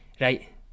Right